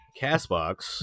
CastBox